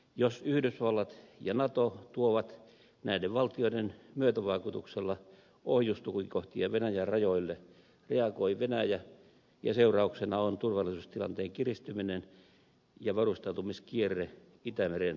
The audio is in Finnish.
jos yhdysvallat ja nato tuovat näiden valtioiden myötävaikutuksella ohjustukikohtia venäjän rajoille reagoi venäjä ja seurauksena on turvallisuustilanteen kiristyminen ja varustautumiskierre itämeren alueella